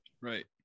Right